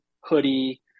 hoodie